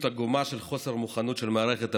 עגומה של חוסר מוכנות של מערכת הבריאות,